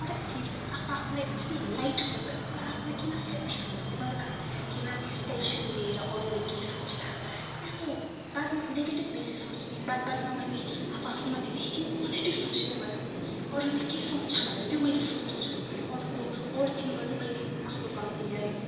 फरक फिल भयो आफू आफूलाई हुन्छ नि लाइट फिल भयो पहिला आफूलाई किन हेभी फिल हुन्थ्यो मलाई थाहा किन टेन्सन लिएर अरूले के सोच्ला यस्तो बात नेगेटिभ बेसी सोच्ने बात बातमा मैले आफू आफूमाथि देखेँ कि पोजेटिभ सोच्ने भयो अरूले के सोच्छ भनेर त्यो मैले सोच्नु छोडिदियो अरूको ओभर थिङ्क गर्नु मैले आफ्नो कम्ती गरेँ